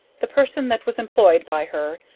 the person that was employed by her,